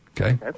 Okay